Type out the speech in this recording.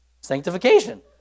Sanctification